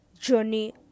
journey